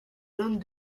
jaunes